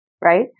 right